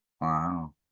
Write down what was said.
Wow